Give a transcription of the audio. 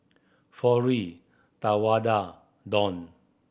Florie Tawanda Dawn